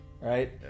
Right